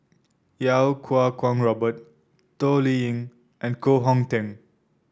Iau Kuo Kwong Robert Toh Liying and Koh Hong Teng